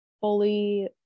fully